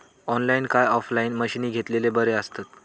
Online काय offline मशीनी घेतलेले बरे आसतात?